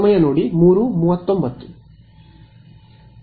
ವಿದ್ಯಾರ್ಥಿ ಸಮಯ ನೋಡಿ 0339